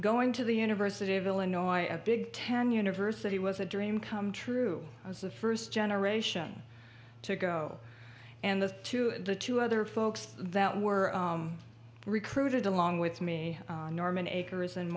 going to the university of illinois a big ten university was a dream come true was the first generation to go and this to the two other folks that were recruited along with me norman akers and